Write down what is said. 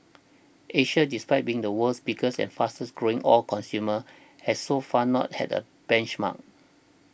Asia despite being the world's biggest and fastest growing oil consumer has so far not had a benchmark